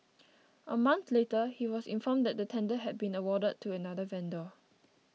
a month later he was informed that the tender had been awarded to another vendor